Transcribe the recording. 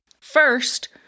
First